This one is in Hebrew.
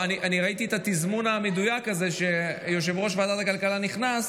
אני ראיתי את התזמון המדויק הזה שיושב-ראש ועדת הכלכלה נכנס,